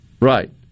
Right